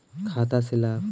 खाता से लाभ?